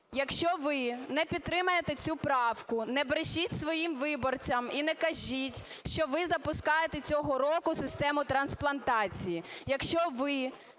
якщо ви не підтримаєте цю правку, не брешіть своїм виборцям і не кажіть, що ви запускаєте цього року систему трансплантації. Якщо ви